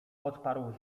odparł